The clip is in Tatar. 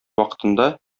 вакытында